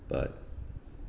but